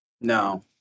No